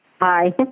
Hi